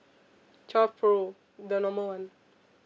twelve pro the normal one